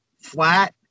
flat